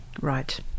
Right